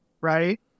right